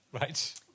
Right